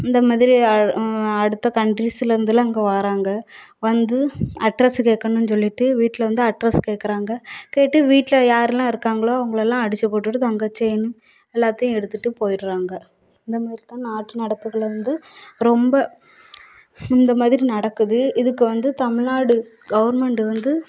இந்த மாதிரி அடுத்த கண்ட்ரீஸிலேருந்துலாம் இங்கே வாராங்க வந்து அட்ரெஸ் கேட்கணுனு சொல்லிவிட்டு வீட்டில் வந்து அட்ரெஸ் கேட்குறாங்க கேட்டு வீட்டில் யாரெலாம் இருக்காங்களோ அவங்களெல்லாம் அடிச்சு போட்டுட்டு தங்கச்செயின்னு எல்லாத்தையும் எடுத்துகிட்டு போயிடுறாங்க இந்த மாதிரி தான் நாட்டு நடப்புகளில் வந்து ரொம்ப இந்த மாதிரி நடக்குது இதுக்கு வந்து தமிழ்நாடு கவர்மெண்டு வந்து